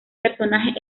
personajes